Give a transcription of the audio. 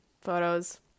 photos